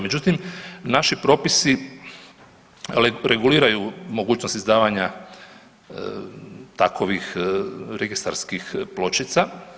Međutim, naši propisi reguliraju mogućnost izdavanja takovih registarskih pločica.